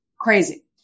Crazy